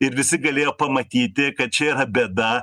ir visi galėjo pamatyti kad čia yra bėda